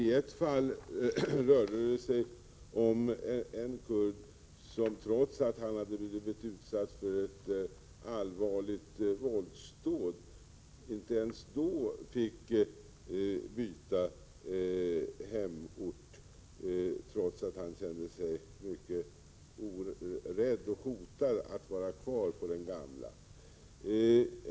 I ett fall rörde det sig om en kurd som inte ens då han hade blivit utsatt för ett allvarligt våldsdåd fick byta hemort, trots att han kände sig mycket rädd och hotad genom att vara kvar på den gamla orten.